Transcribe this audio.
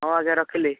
ହଁ ଆଜ୍ଞା ରଖିଲି